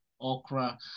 okra